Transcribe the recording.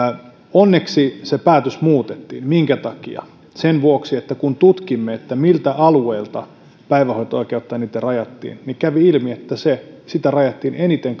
onneksi se päätös muutettiin minkä takia sen vuoksi että kun tutkimme miltä alueilta päivähoito oikeutta eniten rajattiin niin kävi ilmi että sitä rajattiin eniten